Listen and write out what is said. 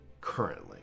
currently